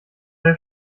der